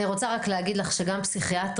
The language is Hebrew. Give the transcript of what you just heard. אני רוצה רק להגיד לך שגם פסיכיאטרים